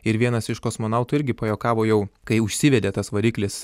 ir vienas iš kosmonautų irgi pajuokavo jau kai užsivedė tas variklis